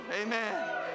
Amen